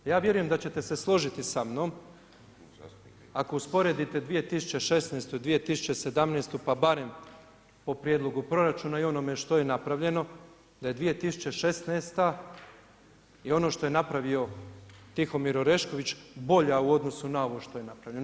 Ja vjerujem da ćete se složiti sa mnom ako usporedite 2016. i 2017. pa barem po prijedlogu proračuna i onome što je napravljeno, da je 2016. i ono što je napravio Tihomir Orešković bolja u odnosu na ovo što je napravljeno.